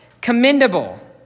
commendable